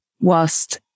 whilst